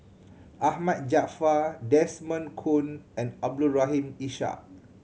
Ahmad Jaafar Desmond Kon and Abdul Rahim Ishak